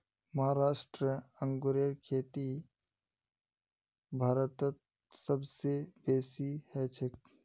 महाराष्ट्र अंगूरेर खेती भारतत सब स बेसी हछेक